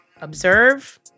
Observe